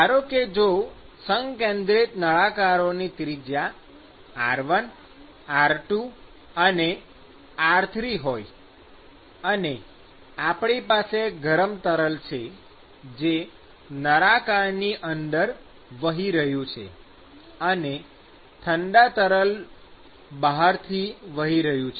ધારો કે જો સંકેન્દ્રિત નળાકારોની ત્રિજ્યા r1 r2 અને r3 હોય અને આપણી પાસે ગરમ તરલ છે જે નળાકારની અંદર વહી રહ્યું છે અને ઠંડા તરલ બહાર વહી રહ્યું છે